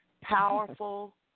powerful